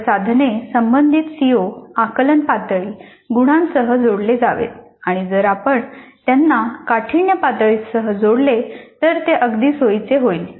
सर्व साधने संबंधित सीओ आकलन पातळी गुणांसह जोडले जावेत आणि जर आपण त्यांना काठिण्य पातळीसह जोडले तर ते अगदी सोयीचे होईल